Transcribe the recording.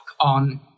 on